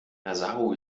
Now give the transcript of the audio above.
nassau